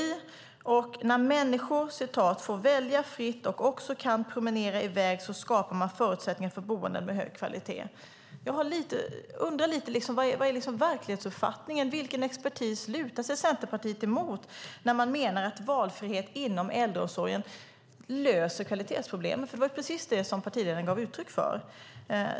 Annie Lööf sade att när människor får välja fritt och också kan promenera i väg skapar man förutsättningar för boenden med hög kvalitet. Jag undrar vilken verklighetsuppfattning man har då. Vilken expertis lutar sig Centerpartiet emot när man menar att valfrihet inom äldreomsorgen löser kvalitetsproblemen? Det var ju precis det som partiledaren gav uttryck för.